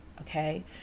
okay